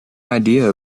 idea